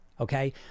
Okay